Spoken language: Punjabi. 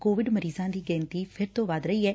ਕੋਵਿਡ ਮਰੀਜ਼ਾਂ ਦੀ ਗਿਣਤੀ ਫਿਰ ਤੋਂ ਵੱਧ ਰਹੀ ਐ